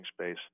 space